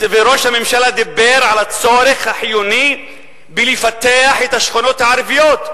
וראש הממשלה דיבר על הצורך החיוני לפתח את השכונות הערביות,